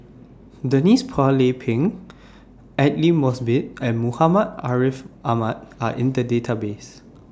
Denise Phua Lay Peng Aidli Mosbit and Muhammad Ariff Ahmad Are in The Database